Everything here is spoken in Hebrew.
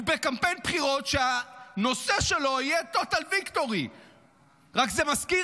הוא בקמפיין בחירות שהנושא שלו יהיה TOTAL VICTORY. זה רק מזכיר